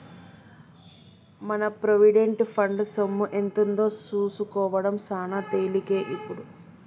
మన provident fund సొమ్ము ఎంతుందో సూసుకోడం సాన తేలికే ఇప్పుడు